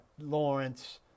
Lawrence